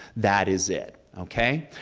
that is it, okay.